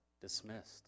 dismissed